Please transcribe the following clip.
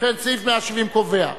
סעיף 170 קובע: